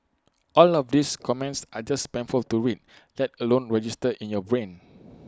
all of these comments are just painful to read that let alone register in your brain